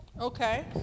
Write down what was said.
Okay